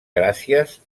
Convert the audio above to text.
gràcies